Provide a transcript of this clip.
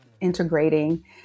integrating